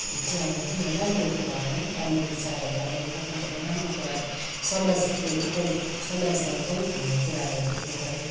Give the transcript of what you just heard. चाहिँ अब त्यही हो राम्रो कुराहरू राम्रो विचारहरू हामीले पोख्नुपऱ्यो राम्रो कुराहरू समाजले उपयोग समाजलाई उपयोग हुने कुराहरू लेख्नुपऱ्यो